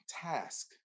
task